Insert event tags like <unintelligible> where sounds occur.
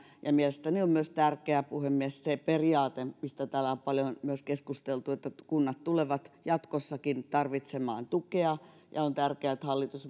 ja mielestäni on myös tärkeä puhemies se periaate mistä täällä on paljon myös keskusteltu että kunnat tulevat jatkossakin tarvitsemaan tukea ja on tärkeää että hallitus <unintelligible>